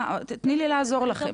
תתני לי לעזור לכם.